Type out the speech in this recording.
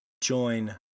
join